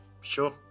Sure